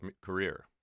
career